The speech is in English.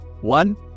one